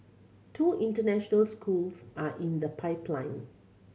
two international schools are in the pipeline